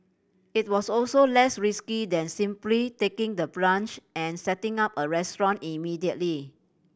it was also less risky than simply taking the plunge and setting up a restaurant immediately